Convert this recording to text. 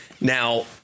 Now